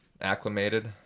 acclimated